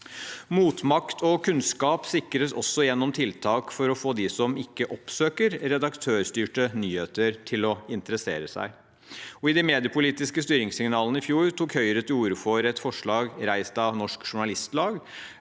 Motmakt og kunnskap sikres også gjennom tiltak for å få dem som ikke oppsøker redaktørstyrte nyheter, til å interessere seg. I de mediepolitiske styringssignalene i fjor tok Høyre til orde for et forslag reist av Norsk Journalistlag